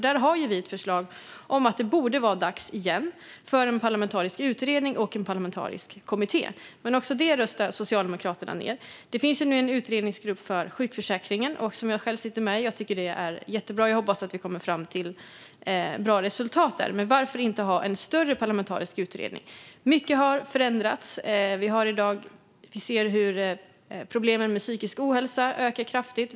Där har vi ett förslag om att det borde vara dags igen för en parlamentarisk utredning och en parlamentarisk kommitté. Men också det röstar Socialdemokraterna ned. Det finns nu en utredningsgrupp för sjukförsäkringen som jag själv sitter med i. Jag tycker att det är jättebra. Jag hoppas att vi kommer fram till bra resultat där, men varför inte ha en större parlamentarisk utredning? Mycket har förändrats. Vi ser i dag hur problemen med psykisk ohälsa ökar kraftigt.